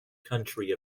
country